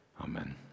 Amen